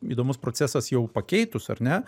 įdomus procesas jau pakeitus ar ne